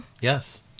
Yes